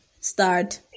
Start